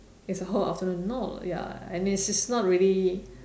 it's a whole afternoon no ya and it's it's not really